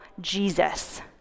Jesus